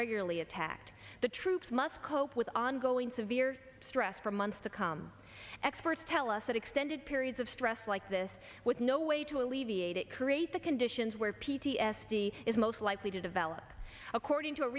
regularly attacked the troops must cope with ongoing severe stress for months to come experts tell us that extended periods of stress like this with no way to alleviate it create the conditions where p t s d is most likely to develop according to